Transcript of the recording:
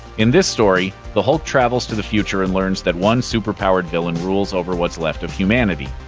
in this story, the hulk travels to the future and learns that one super-powered villain rules over what's left of humanity,